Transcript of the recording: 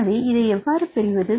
எனவே இதை எவ்வாறு பெறுவது